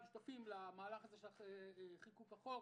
היינו שותפים למהלך של חקיקת החוק,